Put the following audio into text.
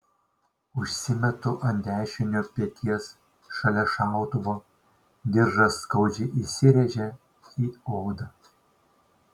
užsimetu ant dešinio peties šalia šautuvo diržas skaudžiai įsirėžia į odą